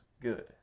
good